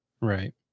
Right